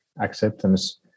acceptance